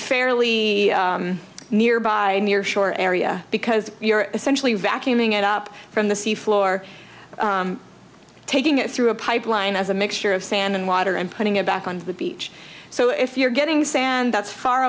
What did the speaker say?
fairly nearby near shore area because you're essentially vacuuming it up from the sea floor taking it through a pipeline as a mixture of sand and water and putting it back on the beach so if you're getting sand that's far